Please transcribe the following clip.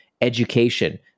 education